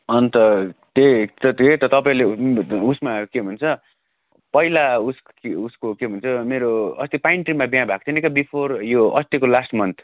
अन्त त्यही त त्यही त तपाईँले उसमा के भन्छ पहिला उस उसको के भन्छ मेरो अस्ति पाइन ट्रीमा बिहा भएको थियो नि क्या बिफोर यो अस्तिको लास्ट मन्थ